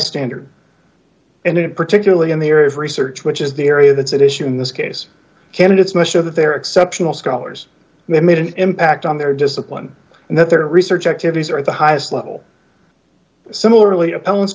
standard and in particularly in the area of research which is the area that's at issue in this case candidates must show that they are exceptional scholars and they made an impact on their discipline and that their research activities are at the highest level similarly a